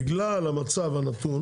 בגלל המצב הנתון